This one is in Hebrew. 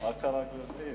מה קרה, גברתי?